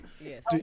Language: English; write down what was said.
yes